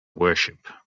worship